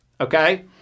okay